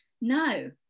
no